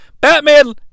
Batman